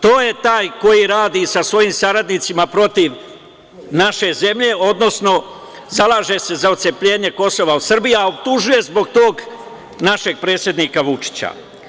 To je taj koji radi sa svojim saradnicima protiv naše zemlje, odnosno zaleže se za otcepljenje Kosova od Srbije, a optužuje zbog tog našeg predsednika Vučića.